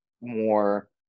more